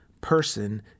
person